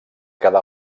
quedà